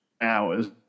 Hours